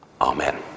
Amen